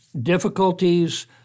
difficulties